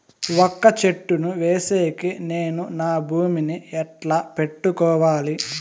వక్క చెట్టును వేసేకి నేను నా భూమి ని ఎట్లా పెట్టుకోవాలి?